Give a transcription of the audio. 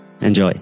enjoy